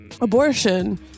abortion